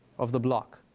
of the block,